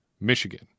Michigan